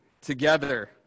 together